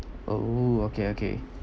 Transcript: oh okay okay